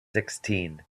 sixteen